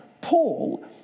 Paul